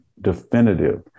definitive